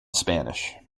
spanish